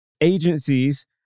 agencies